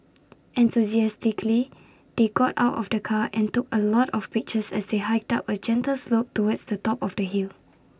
enthusiastically they got out of the car and took A lot of pictures as they hiked up A gentle slope towards the top of the hill